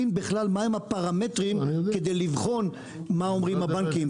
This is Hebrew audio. בכלל מהם הפרמטרים כדי לבחון מה אומרים הבנקים?